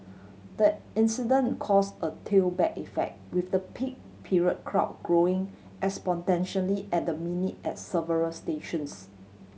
the incident caused a tailback effect with the peak period crowd growing exponentially at the minute at several stations